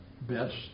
best